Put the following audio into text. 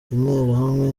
interahamwe